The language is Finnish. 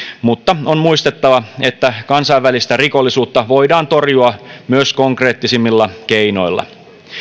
mutta on muistettava että kansainvälistä rikollisuutta voidaan torjua myös konkreettisemmilla keinoilla